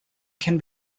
can